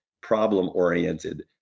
problem-oriented